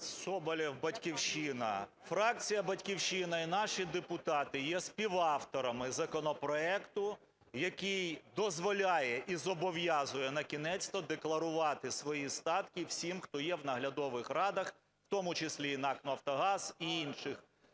Соболєв, "Батьківщина". Фракція "Батьківщина" і наші депутати є співавторами законопроекту, який дозволяє і зобов'язує накінець-то декларувати свої статики всім, хто є в наглядових радах, в тому числі і НАК "Нафтогаз", і інших